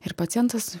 ir pacientas